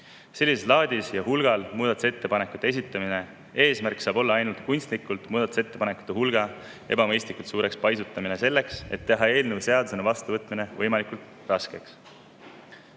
Sellises laadis ja sellisel hulgal muudatusettepanekute esitamise eesmärk saab olla ainult kunstlikult muudatusettepanekute hulga ebamõistlikult suureks paisutamine, selleks et teha eelnõu seadusena vastuvõtmine võimalikult raskeks.